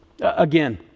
Again